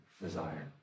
desire